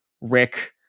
rick